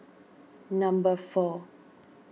number four